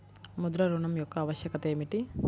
ముద్ర ఋణం యొక్క ఆవశ్యకత ఏమిటీ?